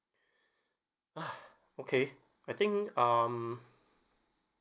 ah okay I think um